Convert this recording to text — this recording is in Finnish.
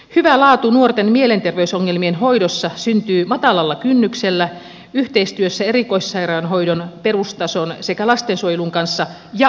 hyvä laatu nuorten mielenterveysongelmien hoidossa syntyy matalalla kynnyksellä yhteistyössä erikoissairaanhoidon perustason sekä lastensuojelun kanssa ja ammattiosaamisella